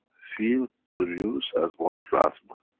field produced as one plasma.